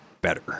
better